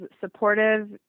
supportive